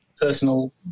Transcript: personal